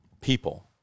people